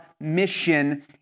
mission